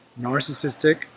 narcissistic